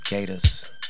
Gators